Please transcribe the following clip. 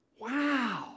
Wow